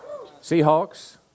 Seahawks